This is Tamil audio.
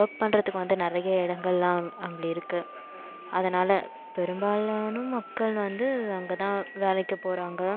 ஒர்க் பண்ணுறதுக்கு வந்து நிறைய இடங்கள்லாம் அங்கே இருக்குது அதனால் பெரும்பாலான மக்கள் வந்து அங்கேதான் வேலைக்கு போகிறாங்க